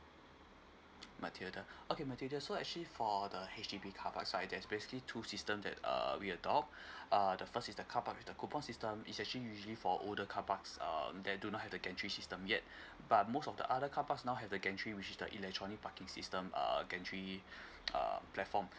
matheder okay matheder so actually for the H_D_B carparks right there's basically two system that uh we adopt uh the first is the carpark with the coupon system is actually usually for older carparks um that do not have the gantry system yet but most of the other carparks now have the gantry which is the electronic parking system err gantry uh platform